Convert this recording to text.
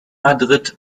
madrid